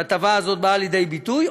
ושההטבה הזאת באה לידי ביטוי.